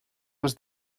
was